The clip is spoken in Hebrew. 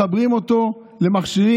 מחברים אותו למכשירים,